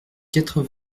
quatre